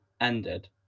ended